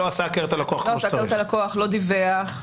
שלא דיווח,